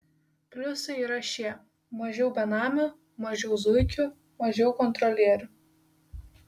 pliusai yra šie mažiau benamių mažiau zuikių mažiau kontrolierių